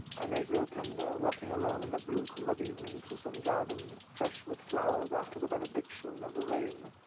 i may grow tender walking alone in the blue cool of evening through some garden fresh with flowers after the benediction of the rain.